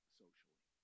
socially